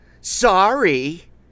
Sorry